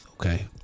Okay